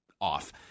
off